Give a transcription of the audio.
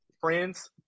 Friends